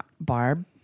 Barb